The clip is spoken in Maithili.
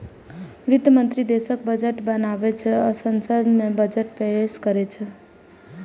वित्त मंत्री देशक बजट बनाबै छै आ संसद मे बजट पेश करै छै